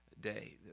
day